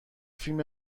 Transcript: فیلم